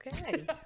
Okay